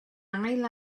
ail